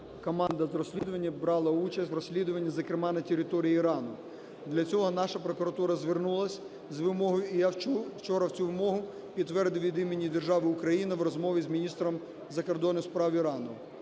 команда з розслідування брала участь в розслідуванні, зокрема на території Ірану. Для цього наша прокуратура звернулась з вимогою, і я чув вчора цю вимогу, підтвердив від імені держави Україна в розмові з міністром закордонних справ Ірану.